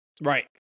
Right